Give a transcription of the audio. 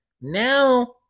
now